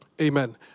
Amen